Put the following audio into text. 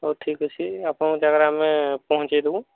ହଉ ଠିକ୍ ଅଛି ଆପଣଙ୍କ ଜାଗାରେ ଆମେ ପହଞ୍ଚେଇ ଦେବୁ